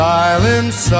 silence